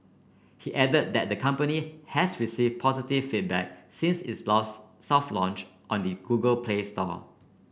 he added that the company has received positive feedback since its lost soft launch on the Google Play Store